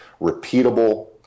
repeatable